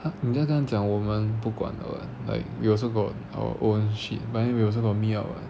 你就跟她讲我们不管的 [what] like we also got our own shit but then we also got meet up [what]